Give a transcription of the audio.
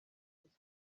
his